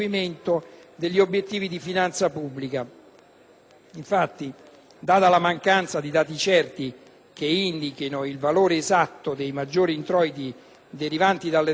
la mancanza di dati certi che indichino il valore esatto dei maggiori introiti derivanti dall'addizionale all'imposta sul reddito delle società, la cosiddetta ENI-*tax*,